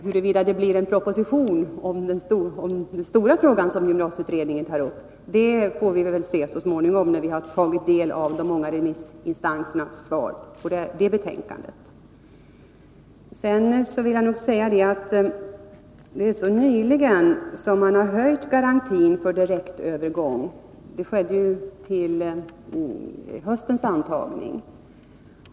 Huruvida det kommer att framläggas en proposition om den stora fråga som gymnasieutredningen tar upp får avgöras så småningom, när vi har tagit del av de många remissinstansernas yttranden med anledning av betänkandet. Jag vill slutligen säga att det är ganska nyligen som vi har ändrat reglerna för garantin för direktövergång till högskolan. Detta skedde till höstens antagning.